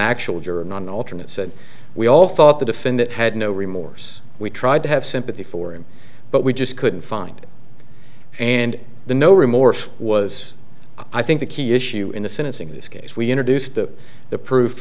ctually juror an alternate said we all thought the defendant had no remorse we tried to have sympathy for him but we just couldn't find and the no remorse was i think the key issue in the sentence in this case we introduced to the proof